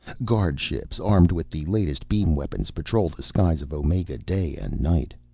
guardships armed with the latest beam weapons patrol the skies of omega day and night.